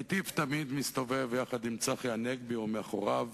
ראיתיו תמיד מסתובב עם צחי הנגבי או מאחוריו,